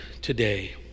today